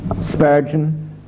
Spurgeon